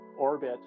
orbit